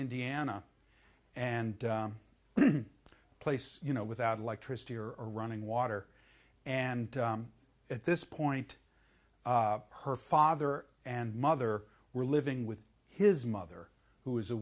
indiana and place you know without electricity or running water and at this point her father and mother were living with his mother who is a